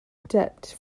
debt